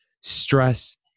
stress